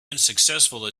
unsuccessful